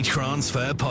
Transfer